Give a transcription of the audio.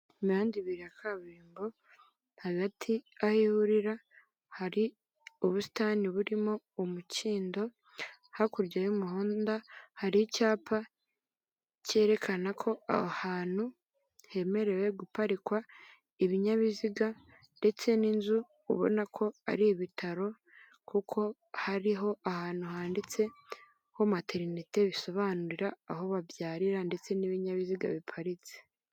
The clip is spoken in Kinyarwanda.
Imihanda ibiri ya kaburimbo hagati aho ahorira, hari ubusitani burimo umukindo, hakurya y'umuhanda hari icyapa cyerekana ko ahantu hemerewe guparikwa ibinyabiziga, ndetse n'inzu ubona ko ari ibitaro kuko hariho ahantu handitseho materineti, bisobanura aho babyarira ndetse n'ibinyabiziga biparitse.